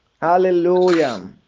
Hallelujah